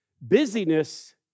Busyness